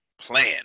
plan